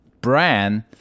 brand